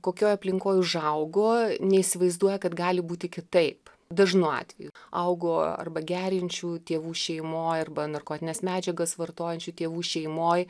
kokioj aplinkoj užaugo neįsivaizduoja kad gali būti kitaip dažnu atveju augo arba geriančių tėvų šeimoj arba narkotines medžiagas vartojančių tėvų šeimoj